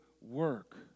work